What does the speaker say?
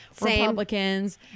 republicans